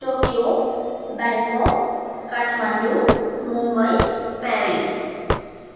Tokyo Bangkok Kathmandu Mumbai Paris